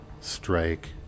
strike